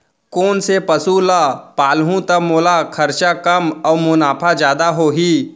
कोन से पसु ला पालहूँ त मोला खरचा कम अऊ मुनाफा जादा होही?